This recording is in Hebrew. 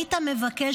היית מבקש,